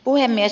puhemies